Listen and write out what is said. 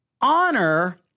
honor